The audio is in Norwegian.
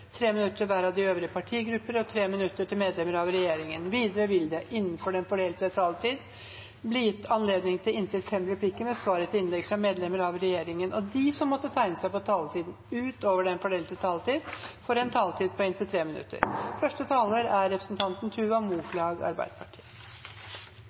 minutter til hver av de øvrige partigruppene og 3 minutter til medlemmer av regjeringen. Videre vil det – innenfor den fordelte taletid – bli gitt anledning til inntil fem replikker med svar etter innlegg fra medlemmer av regjeringen, og de som måtte tegne seg på talerlisten utover den fordelte taletid, får en taletid på inntil 3 minutter.